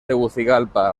tegucigalpa